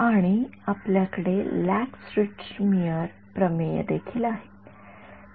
आणि आपल्याकडे Lax Richtmyer प्रमेय देखील आहे